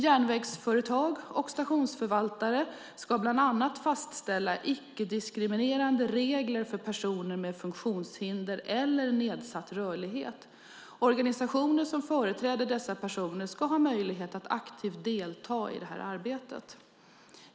Järnvägsföretag och stationsförvaltare ska bland annat fastställa icke-diskriminerande regler för personer med funktionshinder eller nedsatt rörlighet. Organisationer som företräder dessa personer ska ha möjlighet att aktivt delta i detta arbete.